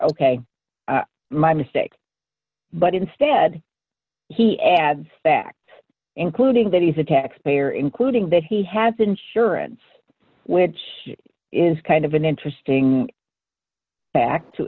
say ok my mistake but instead he adds facts including that he's a taxpayer including that he has insurance which is kind of an interesting fact to